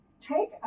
take